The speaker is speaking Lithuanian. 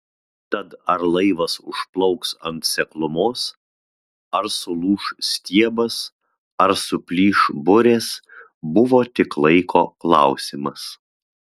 tad ar laivas užplauks ant seklumos ar sulūš stiebas ar suplyš burės buvo tik laiko klausimas